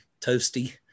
toasty